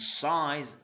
size